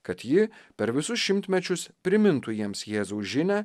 kad ji per visus šimtmečius primintų jiems jėzaus žinią